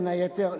בין היתר,